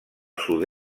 sud